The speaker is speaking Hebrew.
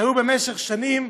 שהיו כך במשך שנים,